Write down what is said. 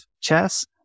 chess